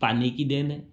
पानी की देन है